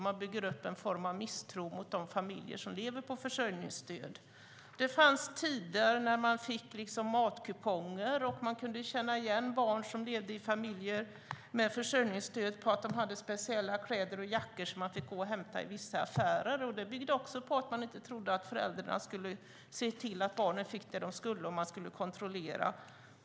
Man bygger upp en form av misstro mot de familjer som lever på försörjningsstöd. Det fanns tider när familjerna fick matkuponger, och det gick att känna igen barn som levde i familjer med försörjningsstöd på att de hade speciella kläder och jackor som de fick hämta i vissa affärer. Det byggde också på att man inte trodde att föräldrarna skulle se till att barnen fick det de skulle och att man skulle kontrollera.